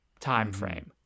timeframe